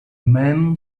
man